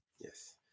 yes